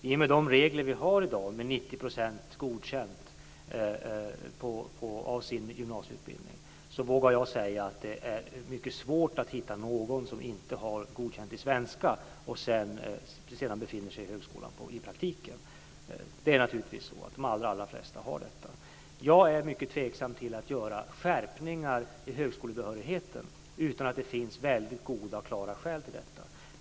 I och med de regler som vi har i dag om att 90 % av gymnasieutbildningen ska vara godkänd, vågar jag säga att det i praktiken är mycket svårt att hitta någon på högskolan som inte är godkänd i svenska. Det är naturligtvis så att de allra flesta är godkända. Jag är mycket tveksam till att göra skärpningar i högskolebehörigheten utan att det finns väldigt goda och klara skäl för detta.